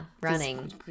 Running